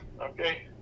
Okay